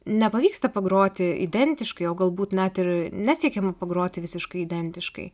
nepavyksta pagroti identiškai o galbūt net ir nesiekiama pagroti visiškai identiškai